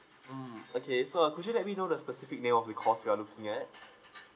mm okay so uh could you let me know the specific name of the course you're looking at